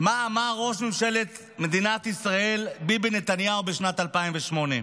מה אמר ראש ממשלת מדינת ישראל ביבי נתניהו בשנת 2008: